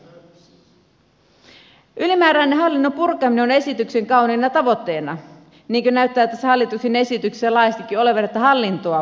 ylimääräinen hallinnon purkaminen on esityksen kauniina tavoitteena niin kuin näyttää tässä hallituksen esityksessä laajastikin olevan että hallintoa puretaan